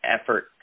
effort